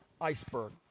iceberg